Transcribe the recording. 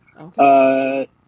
Okay